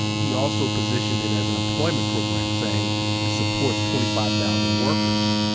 he also positioned it as an employment program, saying it supports twenty five thousand workers.